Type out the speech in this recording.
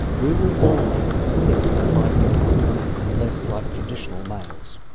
we will all need to think more like women and less like traditional males.